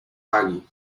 hagi